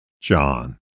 John